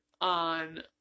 on